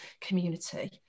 community